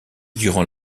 durant